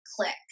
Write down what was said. click